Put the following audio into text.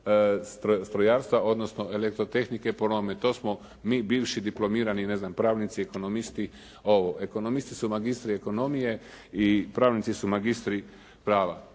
strojarstva odnosno elektrotehnike po novome. To smo mi bivši diplomirani pravnici, ekonomisti. Ekonomisti su magistri ekonomije i pravnici su magistri prava.